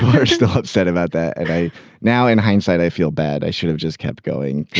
are still upset about that and i now in hindsight i feel bad i should have just kept going.